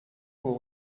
vos